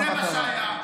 זה מה שהיה.